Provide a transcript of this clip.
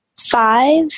five